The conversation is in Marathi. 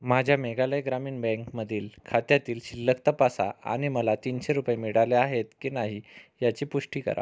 माझ्या मेघालय ग्रामीण बँकमधील खात्यातील शिल्लक तपासा आणि मला तीनशे रुपये मिळाले आहेत की नाही याची पुष्टी करा